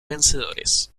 vencedores